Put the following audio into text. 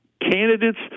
candidates